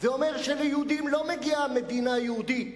ואומר שליהודים לא מגיעה מדינה יהודית,